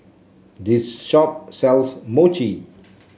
this shop sells Mochi